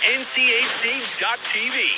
nchc.tv